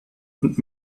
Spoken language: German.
und